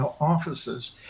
offices